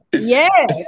Yes